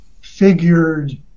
figured